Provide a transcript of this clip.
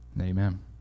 Amen